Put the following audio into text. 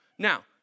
Now